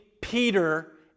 Peter